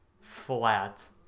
flat